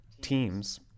teams